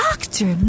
Doctor